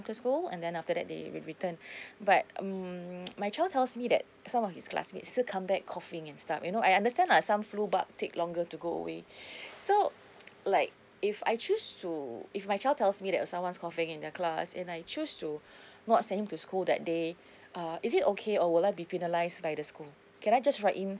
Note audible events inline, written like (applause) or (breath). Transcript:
to school and then after that they will return (breath) but mm (noise) my child tells me that some of his classmates still comes back coughing and stuff you know I understand lah some flu bug take longer to go away (breath) so like if I choose to if my child tells me that someone's coughing in the class and I choose to (breath) not send him to school that day (breath) uh is it okay or will I be penalized by the school can I just write in